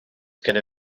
gyda